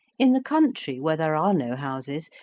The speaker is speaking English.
in the country, where there are no houses,